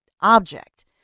object